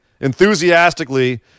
enthusiastically